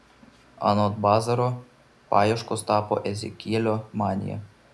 anot bazaro paieškos tapo ezekielio manija